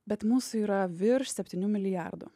bet mūsų yra virš septynių milijardų